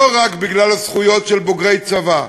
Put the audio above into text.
לא רק בגלל הזכויות של בוגרי צבא,